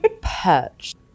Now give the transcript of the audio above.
perched